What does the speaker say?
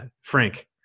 frank